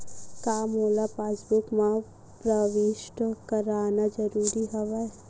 का मोला पासबुक म प्रविष्ट करवाना ज़रूरी हवय?